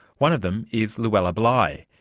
one of them is luella bligh.